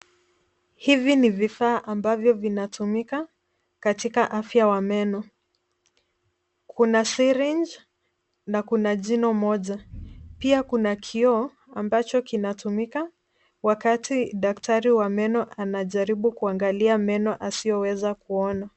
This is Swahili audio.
Hivi ni vifaa ambavyo vinatumika katika afya wa meno. Kuna syringe na kuna jino moja. Pia kuna kioo ambacho kinatumika wakati daktari wa meno anajaribu kuangalia meno asiyoweza kuona.